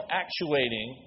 actuating